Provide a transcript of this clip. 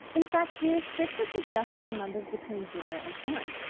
in fact he restricts it to just real numbers between zero and one.